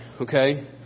okay